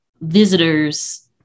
visitors